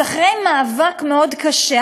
אז אחרי מאבק מאוד קשה,